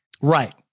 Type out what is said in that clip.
Right